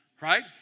right